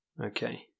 Okay